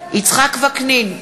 יצחק וקנין,